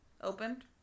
Opened